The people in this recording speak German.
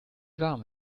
warm